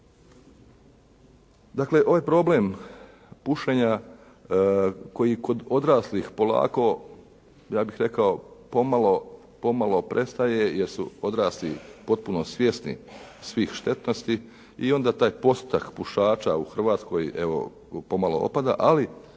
Dakle, ovaj problem pušenja koji kod odraslih polako, ja bih rekao, pomalo prestaje jer su odrasli potpuno svjesni svih štetnosti i onda taj postotak pušača u Hrvatskoj pomalo opada. Ali